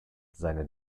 seine